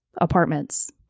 apartments